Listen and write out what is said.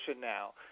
now